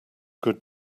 good